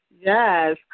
Yes